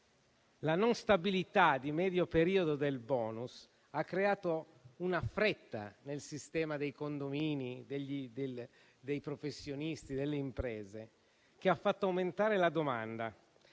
La non stabilità di medio periodo del bonus ha creato una fretta nel sistema dei condomini, dei professionisti e delle imprese, che ha fatto aumentare la domanda;